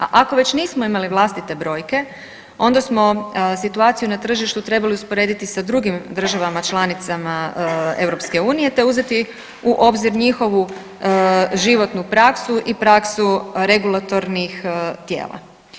A ako već nismo imali vlastite brojke, onda smo situaciju na tržištu trebali usporediti sa drugim državama članicama EU, te uzeti u obzir njihovu životnu praksu i praksu regulatornih tijela.